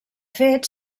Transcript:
fet